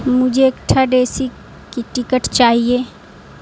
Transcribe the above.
مجھے third A C کی ticket چاہیے